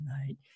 tonight